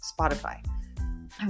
Spotify